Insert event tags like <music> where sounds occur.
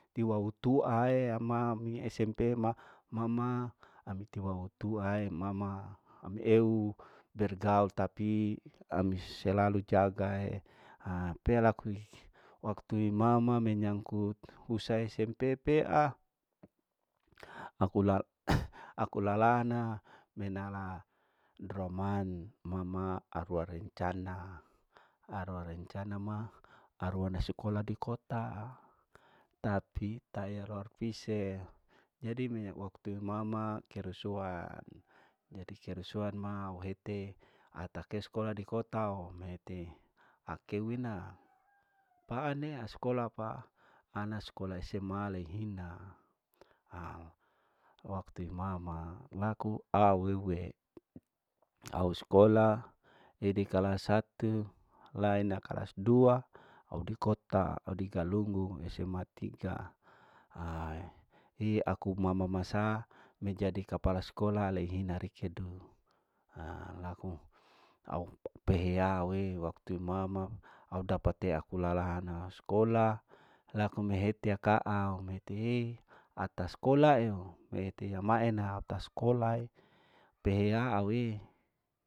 Tiwa wutuae ya ma mi smp ma mama ami tiwa wutuae mama ami eu bergaul, tapi ami selalu jagae ha pea laku waktu imama menyangkut husai smp pea aku <hesitation> aku lala na menala droman mama aroa rencana, aroa rencana ma aroa nasekola di kota tapi taeror pise jadi mi waktu imama kerusuhan jadi kerusuhan ma au hete atakes skola di kotao mete akeu ena paa nea skola pa ana skola sma leihina haa waktu imama laku au weuwe au skola hidi kalas satu laena kalas dua au di kota, au di galunggung sma 3 ha hi aku mama masaa me jadi kapala skola leihina rikedu ha, ha laku au <hesitation> pea we wakru mama au dapat tea kulalahana skola laku mehetea kaau mete atas skola ao mehete maena ta skolae paheya aue.